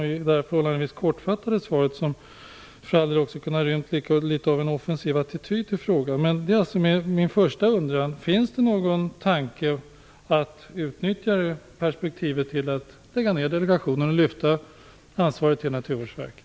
I det förhållandevis kortfattade svaret hade det kunnat inrymmas litet av en offensiv attityd. Min första fråga är alltså: Finns det någon tanke på att utnyttja möjligheten att lägga ner delegationen och lyfta över ansvaret till Naturvårdsverket?